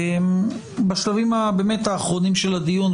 בשלבים האחרונים של הדיון,